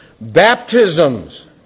baptisms